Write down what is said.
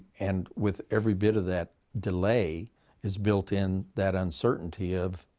and with every bit of that delay is built in that uncertainty of,